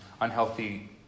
unhealthy